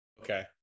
okay